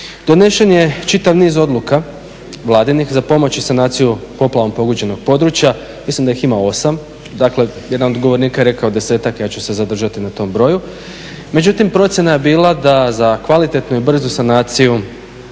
Donesen je čitav niz odluka, Vladinih za pomoć i sanaciju poplavom pogođeno područja, mislim da ih ima 8. Dakle, jedan od govornika je rekao deseta, ja ću se zadržati na tom broju. Međutim, procjena je bila da za kvalitetnu i brzu sanaciju